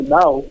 now